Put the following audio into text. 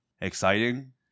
exciting